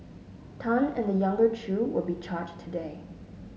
Tan and the younger Chew will be charged today